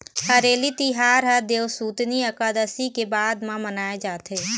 हरेली तिहार ह देवसुतनी अकादसी के बाद म मनाए जाथे